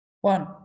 one